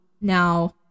now